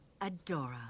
Adora